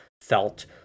felt